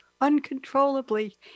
uncontrollably